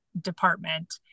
department